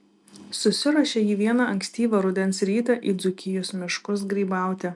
susiruošė ji vieną ankstyvą rudens rytą į dzūkijos miškus grybauti